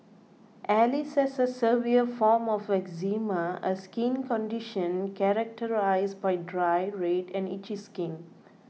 Alice has a severe form of eczema a skin condition characterised by dry red and itchy skin